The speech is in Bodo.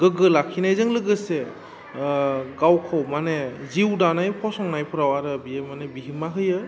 गोग्गो लाखिनायजों लोगोसे गावखौ माने जिउ दानाय फसंनायफ्राव आरो बियो माने बिहोमा होयो